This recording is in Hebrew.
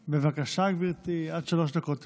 בבקשה, גברתי, עד שלוש דקות לרשותך.